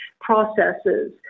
processes